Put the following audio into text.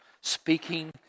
speaking